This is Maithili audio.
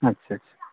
अच्छा अच्छा